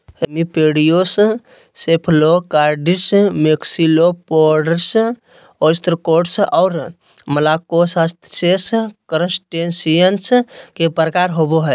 remipedes, cephalocarids, maxillopods, ostracods, और malacostracans, crustaceans के प्रकार होव हइ